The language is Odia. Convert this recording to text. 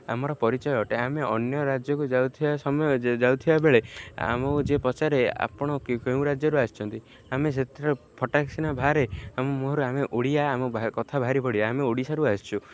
ଆମର ପରିଚୟ ଅଟେ ଆମେ ଅନ୍ୟ ରାଜ୍ୟକୁ ଯାଉଥିବା ସମୟ ଯାଉଥିବା ବେଳେ ଆମକୁ ଯିଏ ପଚାରେ ଆପଣ କେଉଁ ରାଜ୍ୟରୁ ଆସିଛନ୍ତି ଆମେ ସେଥିରେ ଫଟାକ୍କିନା ବାହାରେ ଆମ ମୁହରୁ ଆମେ ଓଡ଼ିଆ ଆମ କଥା ଭାରି ବଢ଼ିଆ ଆମେ ଓଡ଼ିଶାରୁ ଆସିଛୁ